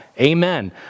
Amen